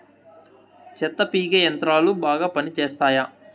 చెత్త పీకే యంత్రాలు బాగా పనిచేస్తాయా?